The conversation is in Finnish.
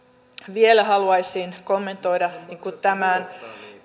haluaisin vielä kommentoida tämän